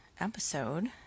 episode